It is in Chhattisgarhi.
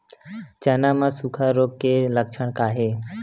चना म सुखा रोग के लक्षण का हे?